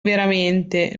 veramente